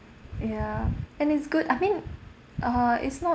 ya and it's good I mean uh it's not